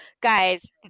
Guys